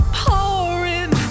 pouring